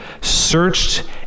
searched